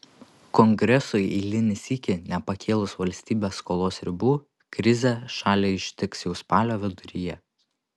kongresui eilinį sykį nepakėlus valstybės skolos ribų krizė šalį ištiks jau spalio viduryje